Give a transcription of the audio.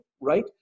right